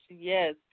Yes